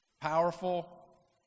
powerful